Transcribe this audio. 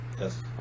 Yes